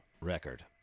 record